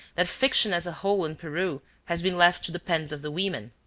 that fiction as a whole in peru has been left to the pens of the women.